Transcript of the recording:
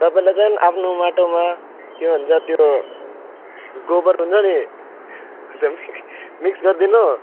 तपाईँले चाहिँ आफ्नो माटोमा के भन्छ त्यो गोबर हुन्छ नि एकदम मिक्स गरिदिनु